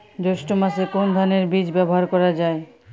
জৈষ্ঠ্য মাসে কোন ধানের বীজ ব্যবহার করা যায়?